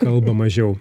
kalba mažiau